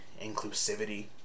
inclusivity